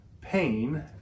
pain